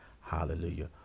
Hallelujah